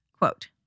Quote